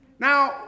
Now